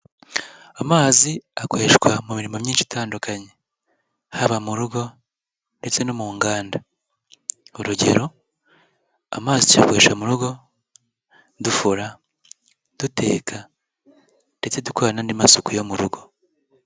Amazi akoreshwa mu mirimo myinshi itandukanye, haba mu rugo ndetse no mu nganda, urugero amazi tuyakoresha mu rugo dufura, duteka ndetse dukora n'andi masuku yo mu rugo.